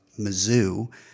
Mizzou